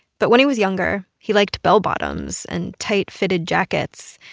but when he was younger, he liked bell bottoms and tight fitted jackets.